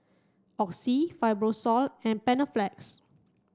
Oxy Fibrosol and Panaflex